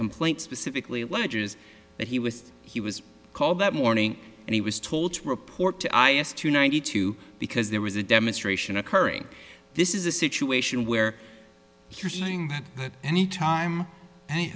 complaint specifically alleges that he was he was called that morning and he was told to report to i s two ninety two because there was a demonstration occurring this is a situation where you're saying that at any time an